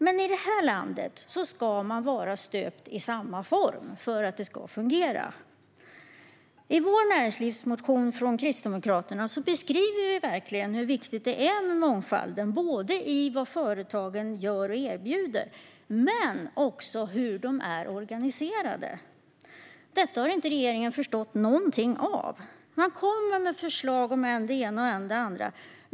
Men i det här landet ska alla vara stöpta i samma form för att det ska fungera. I Kristdemokraternas näringslivsmotion beskriver vi verkligen hur viktigt det är med mångfald, både när det gäller vad företagen gör och erbjuder och när det gäller hur de är organiserade. Detta har regeringen inte förstått någonting av. Man kommer med förslag om än det ena och än det andra.